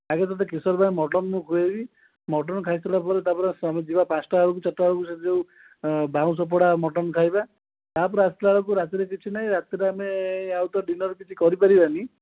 ଆଗେ ତୋତେ କିଶୋର ଭାଇ ମଟନ୍ ମୁଁ ଖୁଆଇବି ମଟନ୍ ଖାଇସାରିଲା ପରେ ତା'ପରେ ଆମେ ଯିବା ପାଞ୍ଚଟା ବେଳକୁ ଚାରିଟା ବେଳକୁ ସେ ଯେଉଁ ବାଉଁଶ ପୋଡ଼ା ମଟନ୍ ଖାଇବା ତା'ପରେ ଆସିଲା ବେଳକୁ ରାତିରେ କିଛି ନାଇଁ ରାତିରେ ଆମେ ଆଉ ତ ଡିନର୍ କିଛି କରିପାରିବାନି